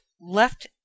left